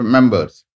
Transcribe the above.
Members